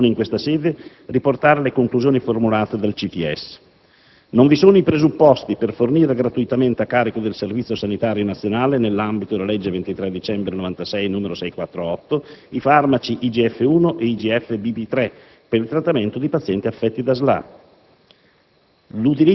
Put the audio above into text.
Si ritiene opportuno, in questa sede, riportare le conclusioni formulate dalla CTS: non vi sono i presupposti per fornire gratuitamente, a carico del Servizio sanitario nazionale (nell'ambito della legge 23 dicembre 1996, n. 648), i farmaci IGF-1 e IGF-1/BP3 per il trattamento di pazienti affetti da SLA;